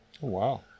Wow